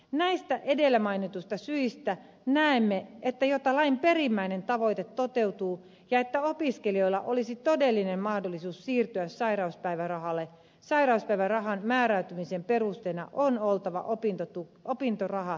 näistä edellä mainituista syistä näemme että jotta lain perimmäinen tavoite toteutuu ja opiskelijoilla olisi todellinen mahdollisuus siirtyä sairauspäivärahalle sairauspäivärahan määräytymisen perusteena on oltava opintoraha sekä työtulot